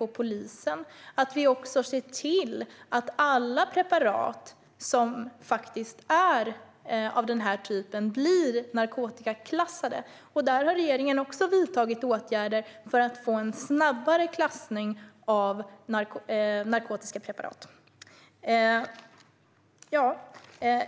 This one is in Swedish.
och polisen, att vi ser till att alla preparat som är av den typen blir narkotikaklassade. Där har regeringen också vidtagit åtgärder för att få en snabbare klassning av narkotiska preparat.